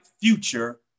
future